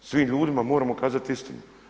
Svim ljudima moramo kazat istinu.